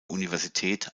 universität